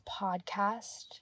podcast